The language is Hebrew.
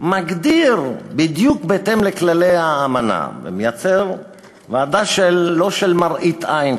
מגדיר בדיוק בהתאם לכללי האמנה ומייצר ועדה לא של מראית עין,